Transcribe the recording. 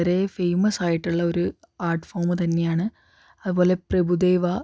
വളരെ ഫേമസ് ആയിട്ടുള്ള ഒരു ആര്ട്ട് ഫോമ് തന്നെയാണ് അതുപോലെ പ്രഭുദേവ